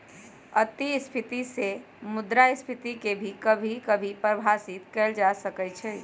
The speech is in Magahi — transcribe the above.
अतिस्फीती से मुद्रास्फीती के भी कभी कभी परिभाषित कइल जा सकई छ